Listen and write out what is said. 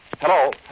Hello